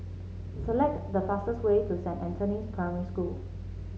select the fastest way to Saint Anthony's Primary School